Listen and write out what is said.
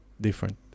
different